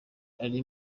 uri